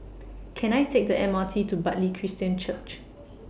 Can I Take The M R T to Bartley Christian Church